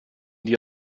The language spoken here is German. die